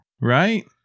right